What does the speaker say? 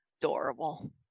adorable